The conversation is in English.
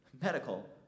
medical